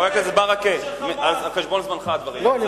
מי שאחראי לפשע זה אתם, אנשי "חמאס".